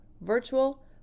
virtual